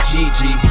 Gigi